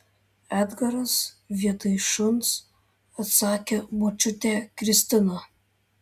edgaras vietoj šuns atsakė močiutė kristina